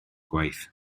gwaith